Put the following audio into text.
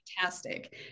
fantastic